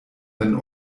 wenn